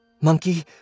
Monkey